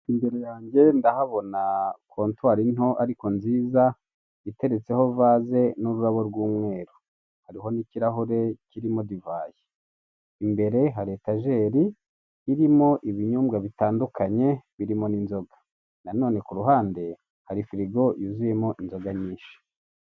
Imbere yanjye ndahabona kontwari nto ariko nziza iteretseho vaze n'ururabo rw'umweru, hariho n'ikirahure kirimo divayi. Imbere hari etajeri irimo ibinyobwa bitandukanye birimo n'inzoga, nanone kuruhande hari firigo yuzuyemo inzoga nyinshi.